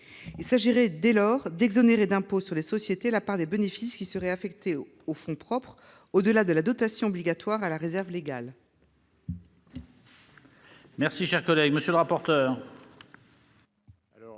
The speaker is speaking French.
Il s'agirait dès lors d'exonérer d'impôt sur les sociétés la part de bénéfices qui serait affectée au fonds propre au-delà de la dotation obligatoire à la réserve légale.